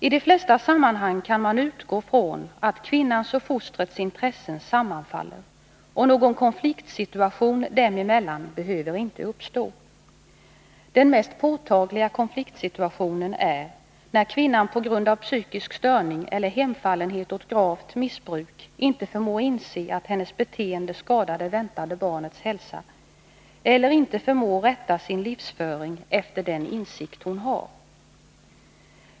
I de flesta sammanhang kan man utgå från att kvinnans och fostrets intressen sammanfaller, och någon konfliktsituation dem emellan behöver inte uppstå. Den mest påtagliga konfliktsituationen är när kvinnan på grund av psykisk störning eller hemfallenhet åt gravt missbruk inte förmår inse att hennes beteende skadar det väntade barnets hälsa eller när hon inte förmår rätta sin livsföring efter den insikt hon har.